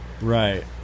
right